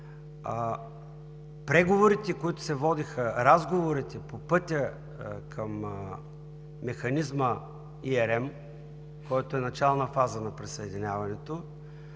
Преговорите, които се водиха, разговорите по пътя към Механизма ERM, който е начална фаза на присъединяването,